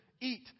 eat